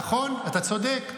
נכון, אתה צודק.